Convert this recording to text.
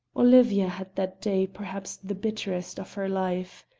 olivia had that day perhaps the bitterest of her life.